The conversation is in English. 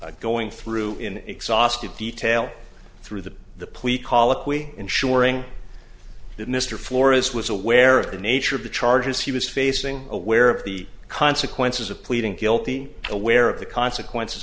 clear going through in exhaustive detail through the the police ensuring did mr forest was aware of the nature of the charges he was facing aware of the consequences of pleading guilty aware of the consequences